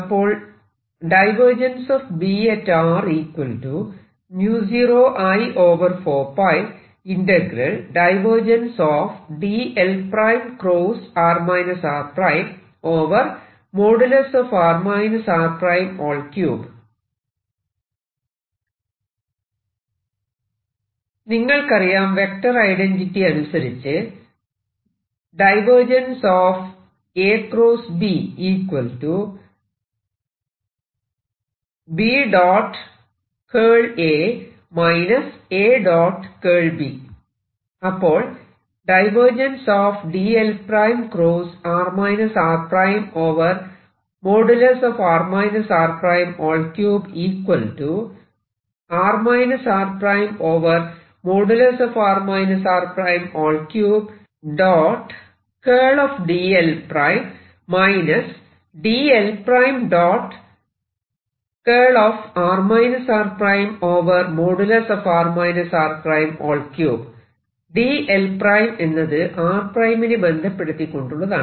അപ്പോൾ നിങ്ങൾക്കറിയാം vector identity അനുസരിച്ച് അപ്പോൾ dl′ എന്നത് r′ നെ ബന്ധപ്പെടുത്തികൊണ്ടുള്ളതാണ്